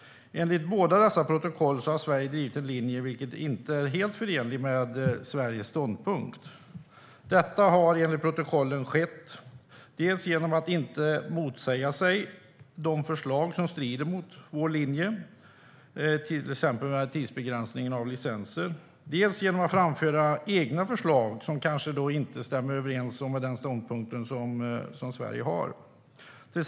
Enligt dem har Sverige drivit en linje som inte är helt förenlig med landets ståndpunkt. Detta har enligt protokollen skett dels genom att vi inte har motsatt oss de förslag som strider mot vår linje, till exempel när det gäller tidsbegränsningen av licenser, dels genom att vi har framfört egna förslag som kanske inte stämmer överens med den ståndpunkt som Sverige har.